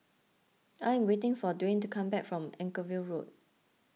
I am waiting for Dwane to come back from Anchorvale Road